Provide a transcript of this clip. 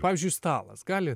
pavyzdžiui stalas gali